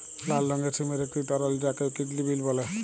লাল রঙের সিমের একটি ধরল যাকে কিডলি বিল বল্যে